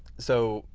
so,